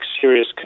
serious